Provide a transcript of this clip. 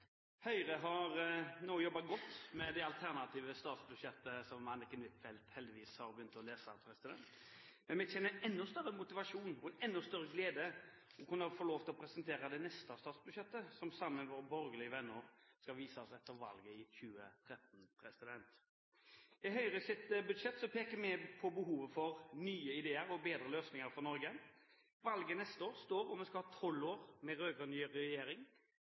Høyre har nå jobbet godt med det alternative statsbudsjettet, som Anniken Huitfeldt heldigvis har begynt å lese, men vi kjenner enda større motivasjon og enda større glede over å kunne få lov til å presentere det neste statsbudsjettet, som sammen med våre borgerlige venner skal vises etter valget i 2013. I Høyres budsjett peker vi på behovet for nye ideer og bedre løsninger for Norge. Valget neste år står om vi skal ha tolv år med rød-grønn regjering,